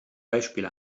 beispiel